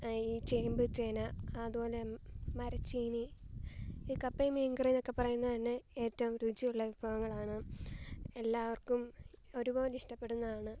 ഈ ചേമ്പ് ചേന അതുപോലെ മരിച്ചീനി ഈ കപ്പേം മീൻ കറീന്നക്കെ പറയുന്നത് തന്നെ ഏറ്റോം രുചിയുള്ള വിഭവങ്ങളാണ് എല്ലാവർക്കും ഒരുപോലെ ഇഷ്ടപ്പെടുന്നതാണ്